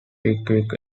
pickwick